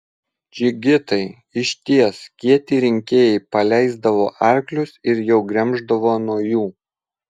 džigitai iš ties kieti rinkėjai paleisdavo arklius ir jau gremždavo nuo jų